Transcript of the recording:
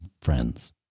Friends